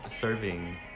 serving